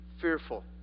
fearful